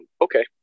Okay